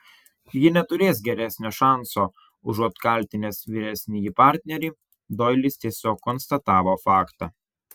ji neturės geresnio šanso užuot kaltinęs vyresnįjį partnerį doilis tiesiog konstatavo faktą